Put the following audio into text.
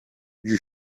you